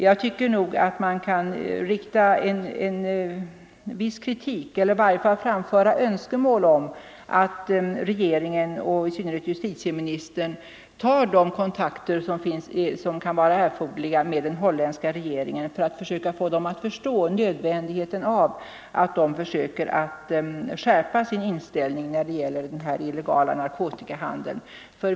Jag tycker att man kan rikta en viss kritik eller i varje fall framföra önskemål om att regeringen och i synnerhet justitieministern tar de kontakter som kan vara erforderliga med den holländska regeringen för att försöka få holländarna att förstå nödvändigheten av att de skärper sin inställning när det gäller den här illegala narkotikahandeln.